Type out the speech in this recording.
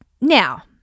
Now